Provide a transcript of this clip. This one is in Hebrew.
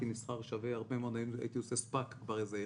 נסחר והייתי עושה "ספאק" או איזה איחוד,